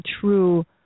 true